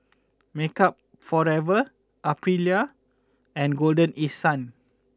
Makeup Forever Aprilia and Golden East Sun